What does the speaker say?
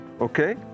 Okay